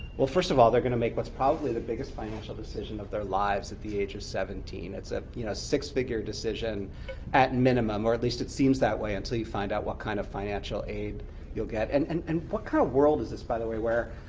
first of all, they're going to make what's probably the biggest financial decision of their lives at the age of seventeen it's a you know six-figure decision at minimum, or at least it seems that way until you find out what kind of financial aid you'll get. and and and what kind of world is this, by the way, where